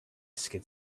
skid